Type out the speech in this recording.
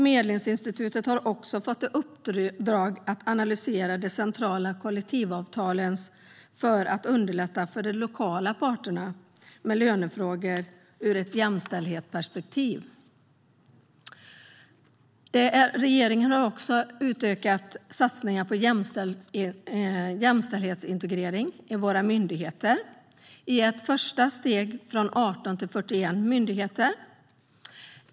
Medlingsinstitutet har också fått i uppdrag att analysera de centrala kollektivavtalen för att underlätta för de lokala parterna att arbeta med lönefrågor ur ett jämställdhetsperspektiv. Regeringen har också utökat satsningarna på jämställdhetsintegrering i våra myndigheter i ett första steg från 18 till 41 myndigheter.